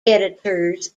editors